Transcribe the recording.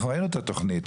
אנחנו ראינו את התכנית.